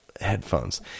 headphones